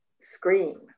scream